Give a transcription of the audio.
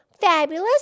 fabulous